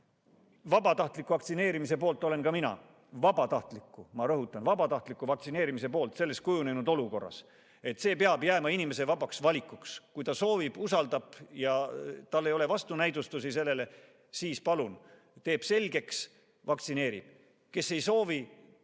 Vabatahtliku vaktsineerimise poolt olen ka mina – vabatahtliku, ma rõhutan, vabatahtliku vaktsineerimise poolt – selles kujunenud olukorras. See peab jääma inimese vabaks valikuks. Kui ta soovib, usaldab ja tal ei ole vastunäidustusi, siis palun – teeb asja selgeks ja vaktsineerib. Kes ei soovi vaktsineerida,